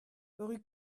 rue